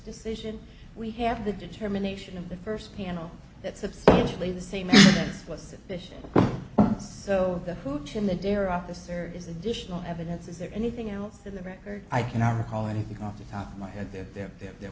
decision we have the determination of the first panel that substantially the same was sufficient so the hootin the dare officer is additional evidence is there anything else in the record i cannot recall anything off the top of my head there there there there